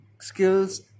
skills